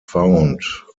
found